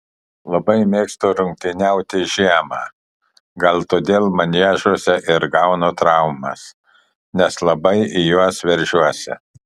labai mėgstu rungtyniauti žiemą gal todėl maniežuose ir gaunu traumas nes labai į juos veržiuosi